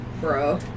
Bro